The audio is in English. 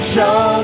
Show